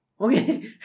Okay